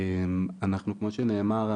כמו שנאמר,